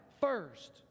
first